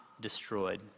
destroyed